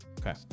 okay